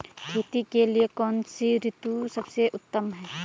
खेती के लिए कौन सी ऋतु सबसे उत्तम है?